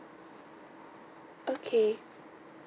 okay